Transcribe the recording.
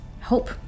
hope